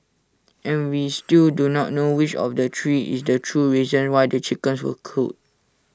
and we still do not know which of the three is the true reason why the chickens were culled